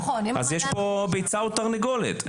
אז יש פה ביצה ותרנגולת.